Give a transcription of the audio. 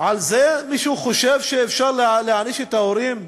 על זה מישהו חושב שאפשר להעניש את ההורים?